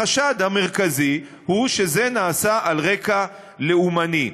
החשד המרכזי הוא שזה נעשה על רקע לאומני.